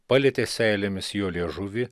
palietė seilėmis jo liežuvį